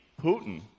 Putin